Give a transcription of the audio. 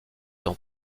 dans